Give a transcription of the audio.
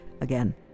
Again